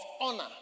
honor